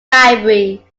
library